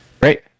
Great